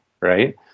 right